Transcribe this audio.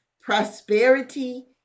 prosperity